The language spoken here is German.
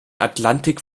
atlantik